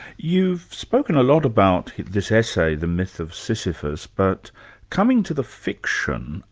you've spoken a lot about this essay, the myth of sisyphus but coming to the fiction,